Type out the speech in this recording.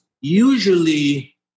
usually